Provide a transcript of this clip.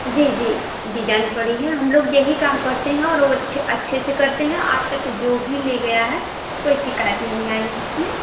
जी जी डिजाइन पड़ी है हम लोग यही कम करते हैं और वह अच्छे अच्छे से करते हें आज तक जो भी ले गया है कोई शिकायत नहीं आई इसमें